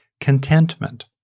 contentment